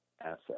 asset